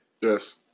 Yes